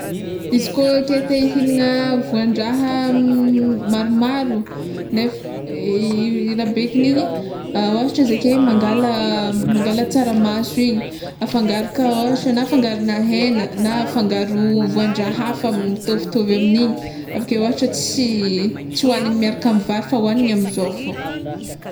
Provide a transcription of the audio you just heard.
Izy koa ke te ihignana voandraha maromaro, nefa i rabekin'igny ah ôhatra izy ake, mangala mangala tsaramaso igny afangaro kahoatra na fangarona hena na afangaro voandraha hafa mitovitovy amign'igny aveke ôhatra tsy tsy hoagniny miaraka amy vary fa hoagniny amizao fôgna.